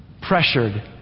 pressured